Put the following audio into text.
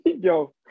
Yo